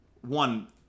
one